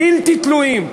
בלתי תלויים,